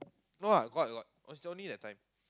no lah got got was only that time